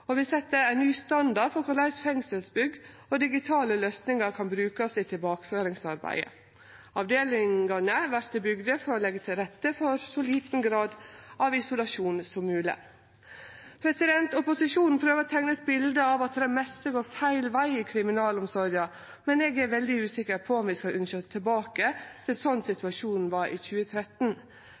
og vil setje ein ny standard for korleis fengselsbygg og digitale løysingar kan brukast i tilbakeføringsarbeidet. Avdelingane vert bygde for å leggje til rette for så liten grad av isolasjon som mogeleg. Opposisjonen prøver å teikne eit bilete av at det meste går feil veg i kriminalomsorga, men eg er veldig usikker på om vi skal ynskje oss tilbake til slik situasjonen var i 2013.